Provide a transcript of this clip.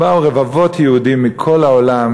באו רבבות יהודים מכל העולם,